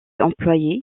employé